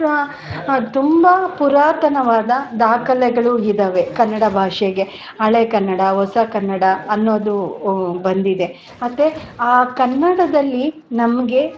ಅತ್ತಾ ತುಂಬ ಪುರಾತನವಾದ ದಾಖಲೆಗಳು ಇದಾವೆ ಕನ್ನಡ ಭಾಷೆಗೆ ಹಳೇ ಕನ್ನಡ ಹೊಸ ಕನ್ನಡ ಅನ್ನೋದು ಬಂದಿದೆ ಮತ್ತು ಆ ಕನ್ನಡದಲ್ಲಿ ನಮಗೆ